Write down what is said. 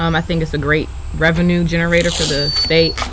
um i think it's a great revenue generator for the state.